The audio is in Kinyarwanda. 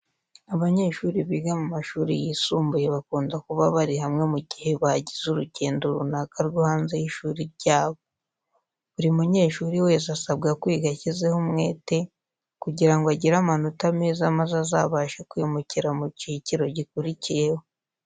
Abanyeshuri biga mu mashuri yisumbuye bakunda kuba bari hamwe mu gihe bagize urugendo runaka rwo hanze y'ishuri ryabo. Buri munyeshuri wese asabwa kwiga ashyizeho umwete kugira ngo agire amanota meza maze azabashe kwimukira mu cyiciro gikurikiyeho.